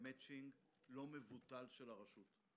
מאצ'ינג לא מבוטל של הרשות.